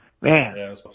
Man